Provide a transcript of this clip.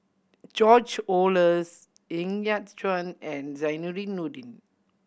George Oehlers Ng Yat Chuan and Zainudin Nordin